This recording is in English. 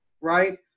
right